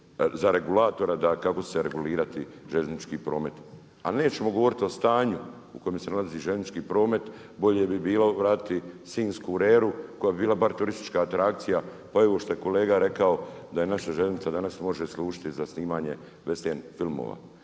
za regulatora kako će se regulirati željeznički promet. A nećemo govoriti o stanju u kojem se nalazi željeznički promet, bolje bi bilo vratiti sinjsku reru koja bi bila bar turistička atrakcija. Pa i ovo što je kolega rekao da naša željeznica može služiti za snimanje vestern filmova.